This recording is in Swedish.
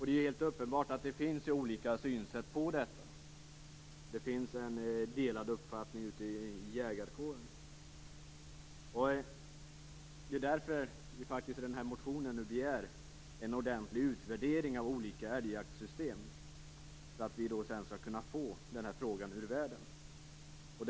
Det är helt uppenbart att det finns olika synsätt på detta. Det finns en delad uppfattning i jägarkåren. Det är därför vi i motionen begär en ordentlig utvärdering av olika älgjaktssystem för att vi skall kunna få den här frågan ur världen.